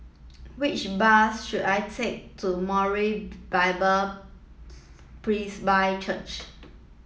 which bus should I take to Moriah Bible Presby Church